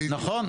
נכון.